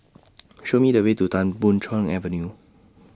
Show Me The Way to Tan Boon Chong Avenue